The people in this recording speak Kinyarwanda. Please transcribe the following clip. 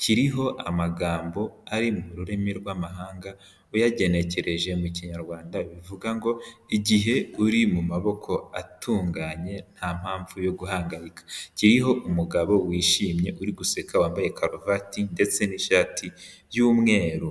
kiriho amagambo ari mu rurimi rw'amahanga, uyagenekereje mu kinyarwanda bivuga ngo ''igihe uri mu maboko atunganye nta mpamvu yo guhangayika'' kiriho umugabo wishimye uri guseka wambaye karuvati ndetse n'ishati y'umweru.